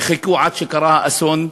וחיכו עד שקרה אסון.